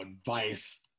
advice